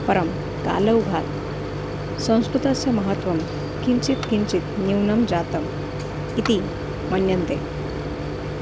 परं कालौघात् संस्कृतस्य महत्त्वं किञ्चित् किञ्चित् न्यूनं जातम् इति मन्यन्ते